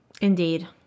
Indeed